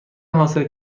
حاصل